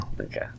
Okay